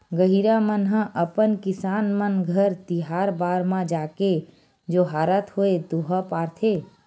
गहिरा मन ह अपन किसान मन घर तिहार बार म जाके जोहारत होय दोहा पारथे